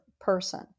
person